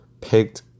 picked